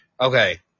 okay